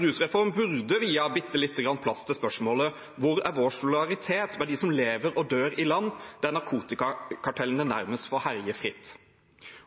rusreform burde viet litt plass til spørsmålet: Hvor er vår solidaritet med dem som lever og dør i land der narkotikakartellene nærmest får herje fritt?